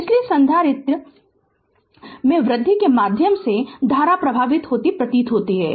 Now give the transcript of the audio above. Refer Slide Time 0401 इसलिए संधारित्र वृद्धि के माध्यम से धारा प्रवाहित होती प्रतीत होती है